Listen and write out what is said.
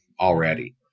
already